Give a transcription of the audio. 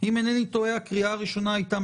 מתי הייתה הקריאה הראשונה?